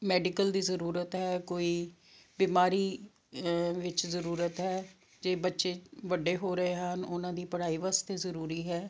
medical ਦੀ ਜ਼ਰੂਰਤ ਹੈ ਕੋਈ ਬਿਮਾਰੀ ਵਿੱਚ ਜ਼ਰੂਰਤ ਹੈ ਜੇ ਬੱਚੇ ਵੱਡੇ ਹੋ ਰਹੇ ਹਨ ਉਨ੍ਹਾਂ ਦੀ ਪੜ੍ਹਾਈ ਵਾਸਤੇ ਜ਼ਰੂਰੀ ਹੈ